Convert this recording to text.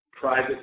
private